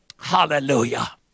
Hallelujah